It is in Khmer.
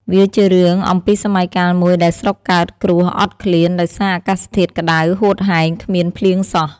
វាជារឿង អំពីសម័យកាលមួយដែលស្រុកកើតគ្រោះអត់ឃ្លានដោយសារអាកាសធាតុក្តៅ ហូតហែងគ្មានភ្លៀងសោះ ។